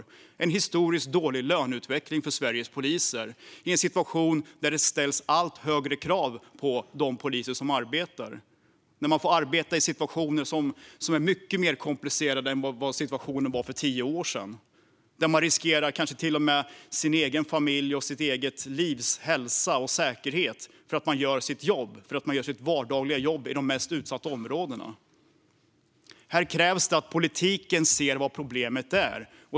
Vi har en historiskt dålig löneutveckling för Sveriges poliser, i en situation där det ställs allt högre krav på de poliser som arbetar. Man får arbeta i situationer som är mycket mer komplicerade än vad de var för tio år sedan, där man kanske till och med riskerar sin familj och sitt liv, sin hälsa och sin säkerhet för att man gör sitt vardagliga jobb i de mest utsatta områdena. Här krävs det att politiken ser vad problemet är.